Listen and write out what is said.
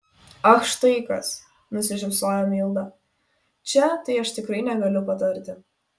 ach štai kas nusišypsojo milda čia tai aš tikrai negaliu patarti